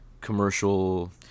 commercial